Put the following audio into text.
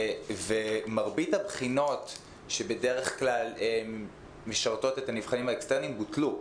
ומרבית הבחינות שבדרך כלל משרתות את הנבחנים האקסטרניים בוטלו,